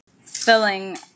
filling